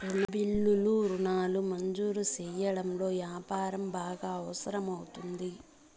బిల్లులు రుణాలు మంజూరు సెయ్యడంలో యాపారం బాగా అవసరం అవుతుంది